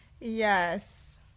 yes